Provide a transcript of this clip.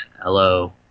hello